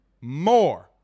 more